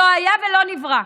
לא היה ולא נברא.